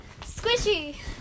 Squishy